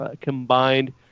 combined